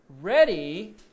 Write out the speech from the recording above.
ready